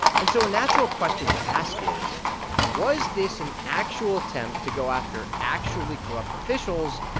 and so a natural question to ask is was this an actual attempt to go after actually corrupt officials,